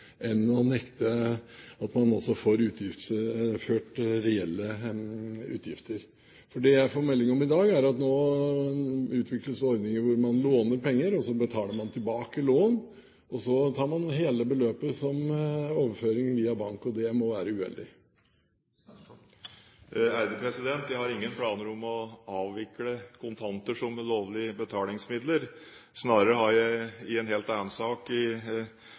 enn å nekte at man får utgiftsført reelle utgifter. Det jeg får meldinger om i dag, er at nå utvikles det ordninger hvor man låner penger, så betaler man tilbake lån, og så tar man hele beløpet som overføring via bank. Det må være uheldig. Jeg har ingen planer om å avvikle kontanter som lovlig betalingsmiddel. Snarere har jeg i en helt annen sak, litt lenger nord i